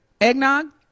eggnog